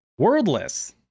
Worldless